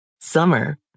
Summer